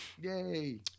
Yay